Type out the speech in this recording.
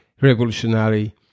revolutionary